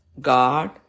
God